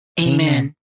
Amen